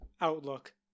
outlook